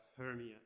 Hermia